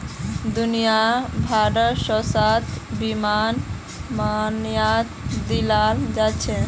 दुनिया भरत स्वास्थ्य बीमाक मान्यता दियाल जाछेक